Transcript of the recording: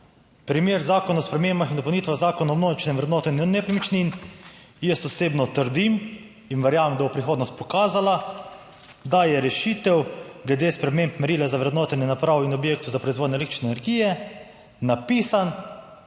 primer Zakona o spremembah in dopolnitvah Zakona o množičnem vrednotenju nepremičnin. Jaz osebno trdim in verjamem, da bo prihodnost pokazala da je rešitev glede sprememb merila za vrednotenje naprav in objektov za proizvodnjo električne energije napisan